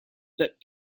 that